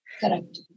Correct